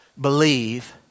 believe